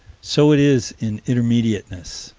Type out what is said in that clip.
so it is in intermediateness,